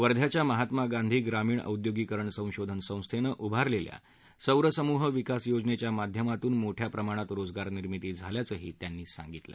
वर्धांच्या महात्मा गांधी ग्रामीण औद्योगिकीकरण संशोधन संस्थेने उभारलेल्या सौरसमूह विकास योजनेच्या माध्यमातून मोठ्या प्रमाणात रोजगार निर्मिती झाल्याचंत्यांनी सांगितलं